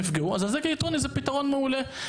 יפגעו אז אזיק אלקטרוני זה פתרון מעולה.